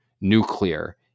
nuclear